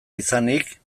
izanik